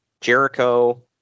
Jericho